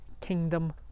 Kingdom